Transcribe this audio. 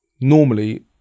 normally